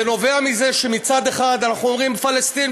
זה נובע מזה שמצד אחד אנחנו אומרים: פלסטין,